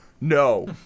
No